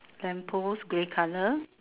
lamp post grey colour